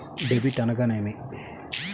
Debit అనగానేమి?